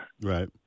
Right